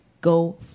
go